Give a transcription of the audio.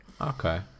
Okay